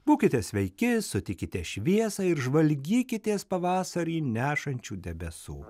būkite sveiki sutikite šviesą ir žvalgykitės pavasarį nešančių debesų